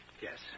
Yes